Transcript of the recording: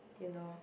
you know